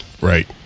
Right